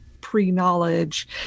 pre-knowledge